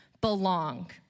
belong